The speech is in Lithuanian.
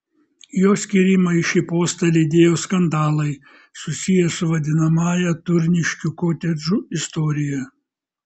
jo skyrimą į šį postą lydėjo skandalai susiję su vadinamąja turniškių kotedžų istorija